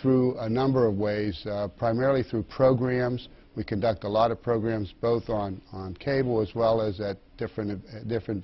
through a number of ways primarily through programs we conduct a lot of programs both on on cable as well as at different in different